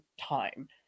time